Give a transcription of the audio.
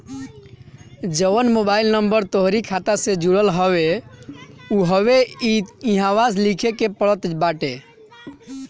जवन mobile number तोहरी खाता से जुड़ल हवे उहवे इहवा लिखे के पड़त बाटे